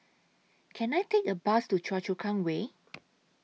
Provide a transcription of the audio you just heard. Can I Take A Bus to Choa Chu Kang Way